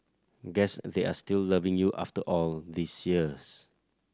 guess they are still loving you after all these years